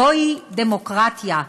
זוהי דמוקרטיה,